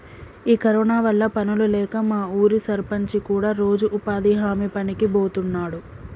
ఈ కరోనా వల్ల పనులు లేక మా ఊరి సర్పంచి కూడా రోజు ఉపాధి హామీ పనికి బోతున్నాడు